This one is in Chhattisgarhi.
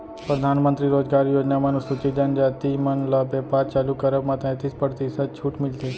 परधानमंतरी रोजगार योजना म अनुसूचित जनजाति मन ल बेपार चालू करब म तैतीस परतिसत छूट मिलथे